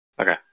Okay